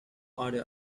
order